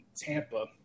Tampa